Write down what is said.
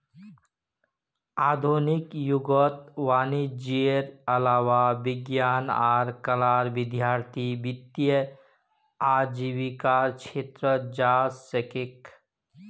आधुनिक युगत वाणिजयेर अलावा विज्ञान आर कलार विद्यार्थीय वित्तीय आजीविकार छेत्रत जा छेक